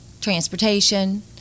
transportation